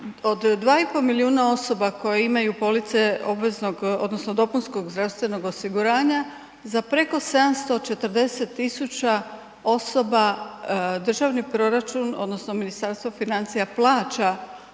od 2,5 milijuna osoba koje imaju police obveznog odnosno dopunskog zdravstvenog osiguranja za preko 740.000 osoba državni proračun odnosno Ministarstvo financija plaća